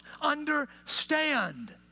understand